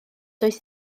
does